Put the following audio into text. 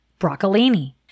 broccolini